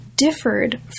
differed